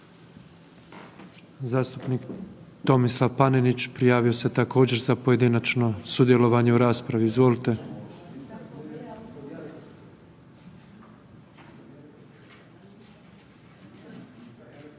Zastupnik Tomislav Panenić prijavo se također za pojedinačno sudjelovanje u raspravi. Izvolite.